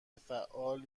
فعال